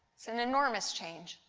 an enormous change.